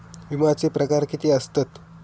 विमाचे प्रकार किती असतत?